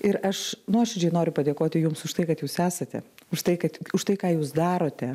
ir aš nuoširdžiai noriu padėkoti jums už tai kad jūs esate už tai kad už tai ką jūs darote